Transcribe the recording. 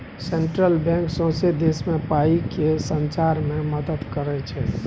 central bank सौंसे देश मे पाइ केँ सचार मे मदत करय छै